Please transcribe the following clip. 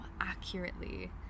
accurately